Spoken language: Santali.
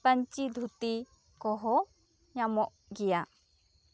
ᱯᱟᱹᱧᱪᱤ ᱫᱷᱩᱛᱤ ᱠᱚ ᱦᱚᱸ ᱧᱟᱢᱚᱜ ᱜᱮᱭᱟ